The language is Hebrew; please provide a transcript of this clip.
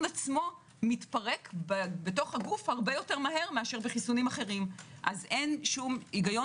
עצמו מתפרק בגוף הרבה יותר מהר מבחיסונים אחרים אז אין היגיון